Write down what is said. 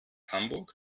hamburg